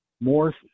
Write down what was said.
more